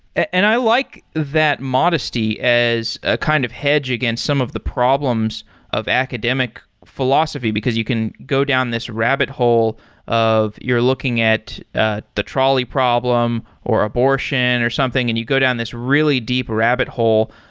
and i like that modesty as a kind of hedge against some of the problems of academic philosophy, because you can go down this rabbit hole of you're looking at ah the trolley problem, or abortion, or something and you go down this really deep rabbit hole,